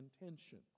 intention